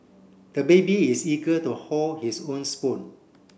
the baby is eager to hold his own spoon